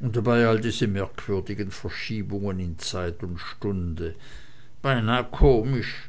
und dabei diese merkwürdigen verschiebungen in zeit und stunde beinahe komisch